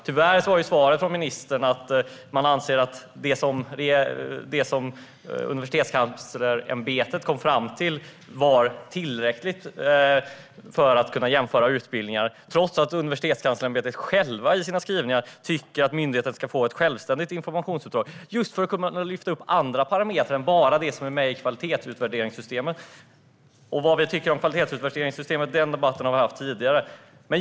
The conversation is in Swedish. Tyvärr var svaret från ministern att man anser att det som Universitetskanslersämbetet kom fram till var tillräckligt för att kunna jämföra utbildningar, trots att Universitetskanslersämbetet själv i sina skrivningar tycker att myndigheten ska få ett självständigt informationsuppdrag just för att kunna lyfta upp andra parametrar än bara dem som finns med i kvalitetsutvärderingssystemet. Debatten om kvalitetsutvärderingssystemet och vad vi tycker om det har vi haft tidigare.